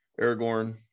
Aragorn